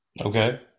Okay